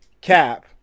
Cap